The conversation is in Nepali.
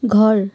घर